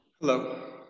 Hello